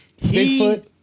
Bigfoot